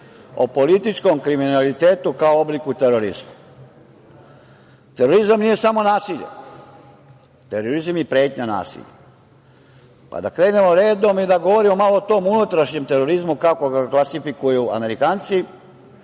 o političkom kriminalitetu kao obliku terorizma. Terorizam nije samo nasilje, terorizam je i pretnja nasiljem. Da krenemo redom i da govorimo malo o tom unutrašnjem terorizmu, kako ga klasifikuju Amerikanci,